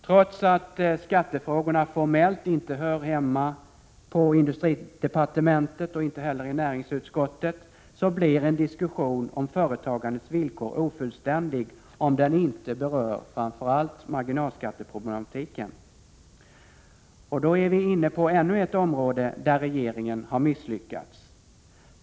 Trots att skattefrågorna formellt inte hör hemma i industridepartementet och inte heller i näringsutskottet blir en diskussion om företagandets villkor ofullständig, om den inte berör framför allt marginalskatteproblematiken. Och då är vi inne på ännu ett område där regeringen har misslyckats.